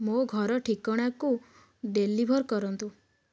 ମୋ ଘର ଠିକଣାକୁ ଡେଲିଭର୍ କରନ୍ତୁ